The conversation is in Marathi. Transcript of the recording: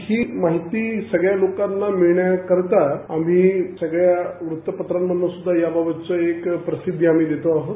ही माहिती सगळ्या लोकांना मिळन्याकरीता करता आम्ही सगळ्या वृत्तपत्रा मध्येसूद्धा याबाबतचे एक प्रसिद्ध आम्ही देतो आहोत